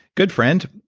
good friend,